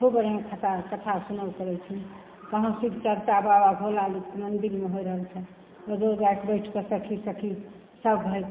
खूब बढ़िआँ कथा कथा सुनब करै छी कहुँ शिव चर्चा बाबा भोलाजीके मन्दिरमे होइ रहल छै रोजो जाके बैठिके सखी सखी सब